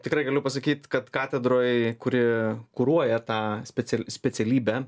tikrai galiu pasakyt kad katedroj kuri kuruoja tą special specialybę